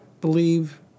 believe